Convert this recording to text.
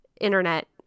internet